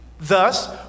thus